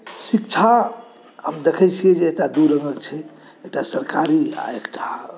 शिक्षा हम देखै छिए जे एतऽ दू रङ्गक छै एकटा सरकारी आओर एकटा